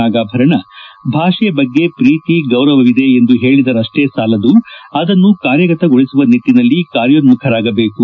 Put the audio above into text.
ನಾಗಾಭರಣ ಭಾಷೆ ಬಗ್ಗೆ ಪ್ರೀತಿ ಗೌರವವಿದೆ ಎಂದು ಹೇಳಿದರಷ್ಷೇ ಸಾಲದು ಅದನ್ನು ಕಾರ್ಯಗತಗೊಳಿಸುವ ನಿಟ್ಟನಲ್ಲಿ ಕಾರ್ಯೋನ್ನುಖರಾಗಬೇಕು